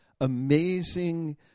amazing